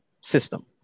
system